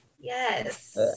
Yes